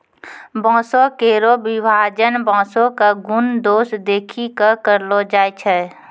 बांसों केरो विभाजन बांसों क गुन दोस देखि कॅ करलो जाय छै